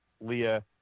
Leah